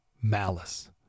malice